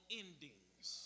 endings